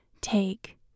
Take